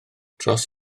dros